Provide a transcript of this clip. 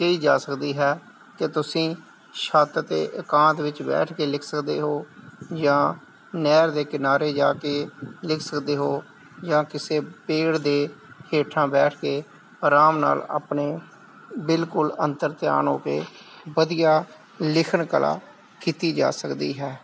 ਕਹੀ ਜਾ ਸਕਦੀ ਹੈ ਕਿ ਤੁਸੀਂ ਛੱਤ 'ਤੇ ਇਕਾਂਤ ਵਿੱਚ ਬੈਠ ਕੇ ਲਿਖ ਸਕਦੇ ਹੋ ਜਾਂ ਨਹਿਰ ਦੇ ਕਿਨਾਰੇ ਜਾ ਕੇ ਲਿਖ ਸਕਦੇ ਹੋ ਜਾਂ ਕਿਸੇ ਪੇੜ ਦੇ ਹੇਠਾਂ ਬੈਠ ਕੇ ਆਰਾਮ ਨਾਲ ਆਪਣੇ ਬਿਲਕੁਲ ਅੰਤਰ ਧਿਆਨ ਹੋ ਕੇ ਵਧੀਆ ਲਿਖਣ ਕਲਾ ਕੀਤੀ ਜਾ ਸਕਦੀ ਹੈ